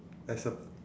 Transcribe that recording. I cert~